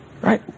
right